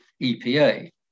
EPA